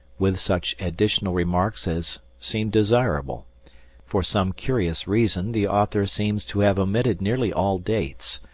with such additional remarks as seemed desirable for some curious reason the author seems to have omitted nearly all dates.